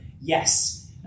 yes